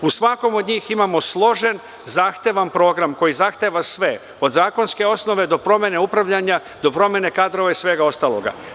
U svakom od njih imamo složen zahtevan program koji zahteva sve, od zakonske osnove do promene upravljanja, do promene kadrova i svega ostaloga.